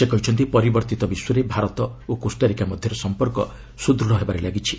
ସେ କହିଛନ୍ତି ପରିବର୍ତ୍ତ ବିଶ୍ୱରେ ଭାରତ ଓ କୋଷ୍ଟାରିକା ମଧ୍ୟରେ ସମ୍ପର୍କ ସୁଦୃଢ଼ ହେବାରେ ଲାଗିଛି